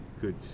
good